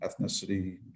ethnicity